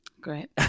great